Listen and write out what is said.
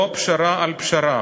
לא פשרה על פשרה.